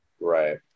right